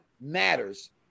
matters